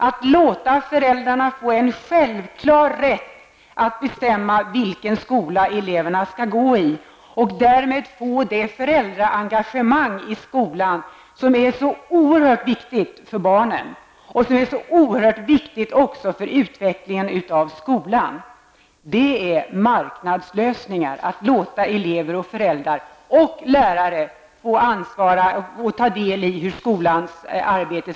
Det skall alltså vara en självklar rätt för föräldrar att bestämma vilken skola barnen skall gå i. Det gäller ju att få det föräldraengagemang i skolan som är så oerhört viktigt för barnen och som också är oerhört viktigt för utvecklingen av skolan. Det är alltså marknadslösningar att låta elever, föräldrar och lärare få ta ett ansvar för och vara delaktiga när det gäller skolans utformning.